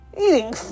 eating